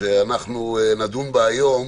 שנדון בה היום